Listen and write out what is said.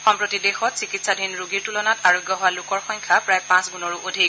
সম্প্ৰতি দেশত চিকিৎসাধীন ৰোগীৰ তূলনাত আৰোগ্য হোৱা লোকৰ সংখ্যা প্ৰায় পাঁচ গুণৰো অধিক